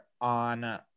on